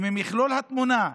במכלול התמונה,